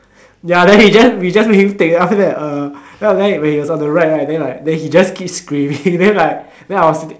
ya then we just we just make him stay then when we about to ride right then he just keep screaming then like I was